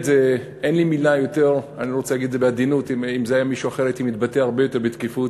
ואם זה היה מישהו אחר הייתי מתבטא הרבה יותר בתקיפות,